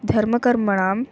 धर्मकर्मणाम्